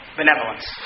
benevolence